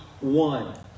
one